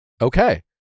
Okay